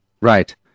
Right